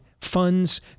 funds